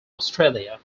australia